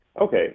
okay